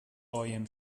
قایم